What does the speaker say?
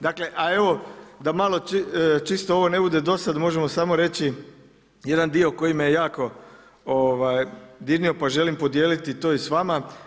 Dakle a evo da malo čisto ovo ne bude dosadno možemo samo reći jedan dio koji me jako dirnuo pa želim podijeliti to i s vama.